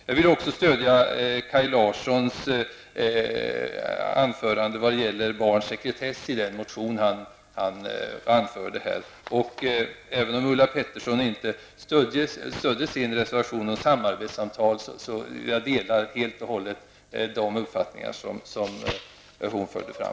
Jag vill också stödja Kaj Larssons anförande och den motion om barns sekretess som han här tog upp. Även om Ulla Pettersson inte yrkade bifall till sin motion om samarbetssamtal, vill jag säga att jag helt och hållet delar de uppfattningar som hon här förde fram.